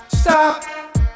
Stop